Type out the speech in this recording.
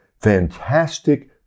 fantastic